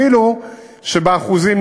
אפילו שבאחוזים,